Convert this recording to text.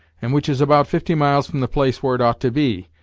and which is about fifty miles from the place where it ought to be,